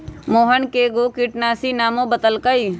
मोहन कै गो किटनाशी के नामो बतलकई